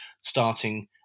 starting